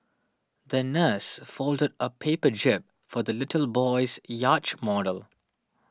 the nurse folded a paper jib for the little boy's yacht model